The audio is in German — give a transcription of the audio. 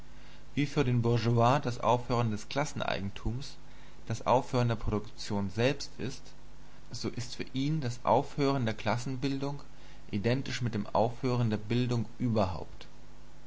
wie für den bourgeois das aufhören des klasseneigentums das aufhören der produktion selbst ist so ist für ihn das aufhören der klassenbildung identisch mit dem aufhören der bildung überhaupt